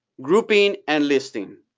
grouping and listing.